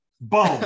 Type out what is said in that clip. Boom